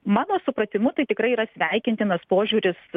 mano supratimu tai tikrai yra sveikintinas požiūris